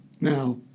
Now